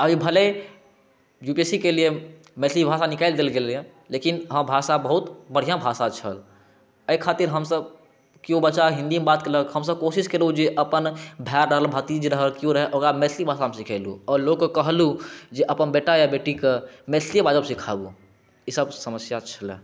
आइ भनहि U P S C केलिए मैथिली भाषा निकालि देल गेलैए लेकिन हँ भाषा बहुत बढ़िआँ भाषा छल एहि खातिर हमसब केओ बच्चा हिन्दीमे बात केलक हमसब कोशिश केलहुँ जे अपन भाइ रहल भातिज रहल केओ रहै ओकरा मैथिली भाषामे सिखेलहुँ आ लोकके कहलहुँ जे अपन बेटा या बेटीके मैथिलिए बाजब सिखाउ ईसब समस्या छलै